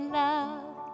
love